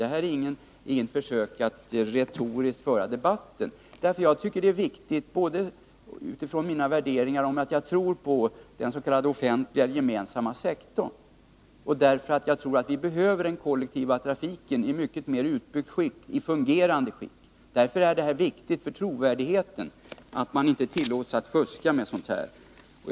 Det här är inget försök att retoriskt föra en debatt. Det är viktigt utifrån både min tro på den s.k. offentliga gemensamma sektorn och min tro på att vi behöver den kollektiva trafiken i ett mycket mer utbyggt och fungerande skick. Det är viktigt för trovärdigheten att det inte fuskas med sådana här saker.